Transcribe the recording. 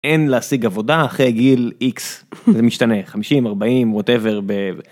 אין להשיג עבודה אחרי גיל x זה משתנה 50 40 ווטאבר...